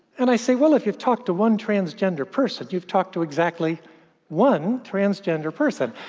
and i say, well, if you've talked to one transgender person, you've talked to exactly one transgender person.